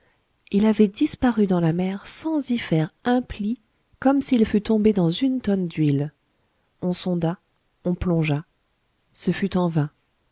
il avait disparu dans la mer sans y faire un pli comme s'il fût tombé dans une tonne d'huile on sonda on plongea ce fut en vain